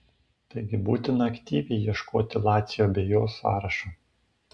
taigi būtina aktyviai ieškoti lacio bei jo sąrašo